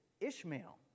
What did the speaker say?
Ishmael